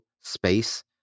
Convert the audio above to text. space